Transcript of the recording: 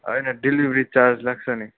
होइन delivery charge लाग्छ नि